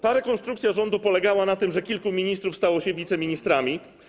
Ta rekonstrukcja rządu polegała na tym, że kilku ministrów stało się wiceministrami.